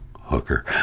hooker